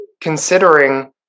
considering